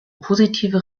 positive